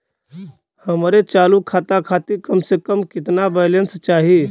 हमरे चालू खाता खातिर कम से कम केतना बैलैंस चाही?